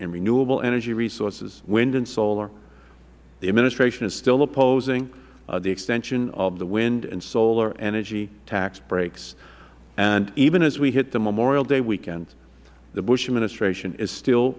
in renewable energy resources wind and solar the administration is still opposing the extension of the wind and solar energy tax breaks and even as we hit the memorial day weekend the bush administration is still